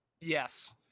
Yes